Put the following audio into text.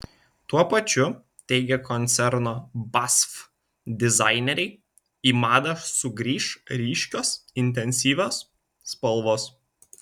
tuo pačiu teigia koncerno basf dizaineriai į madą sugrįš ryškios intensyvios spalvos